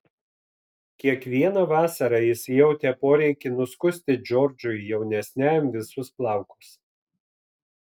kiekvieną vasarą jis jautė poreikį nuskusti džordžui jaunesniajam visus plaukus